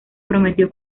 prometió